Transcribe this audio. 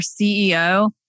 CEO